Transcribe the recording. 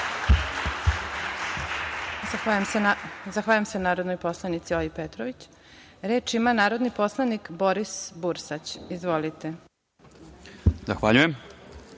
Zahvaljujem se narodnoj poslanici Olji Petrović. Reč ima narodni poslanik Boris Bursać. Izvolite. **Boris